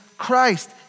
Christ